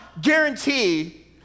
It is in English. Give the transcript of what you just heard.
guarantee